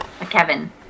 kevin